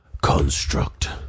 Construct